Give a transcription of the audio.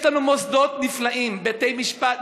יש לנו מוסדות נפלאים: בתי משפט,